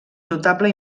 notable